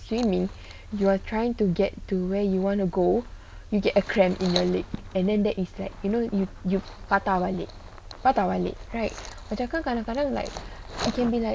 swimming you are trying to get to where you want to go you get a cramp in your leg and then there is like you know you patah balik patah balik right kadang-kadang like it can be like